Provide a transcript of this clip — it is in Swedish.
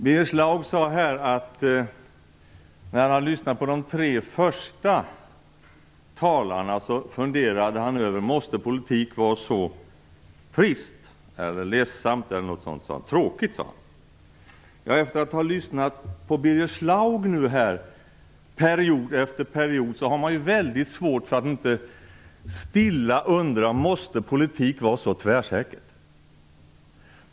Birger Schlaug sade att när han lyssnat på de tre första talarna funderade han över om politik måste vara så tråkigt. Efter att ha lyssnat på Birger Schlaug period efter period har man mycket svårt att inte stilla undra: Måste politik vara så tvärsäker?